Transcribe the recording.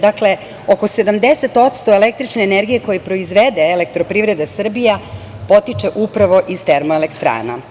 Dakle, oko 70% električne energije koju proizvede EPS potiče upravo iz termoelektrana.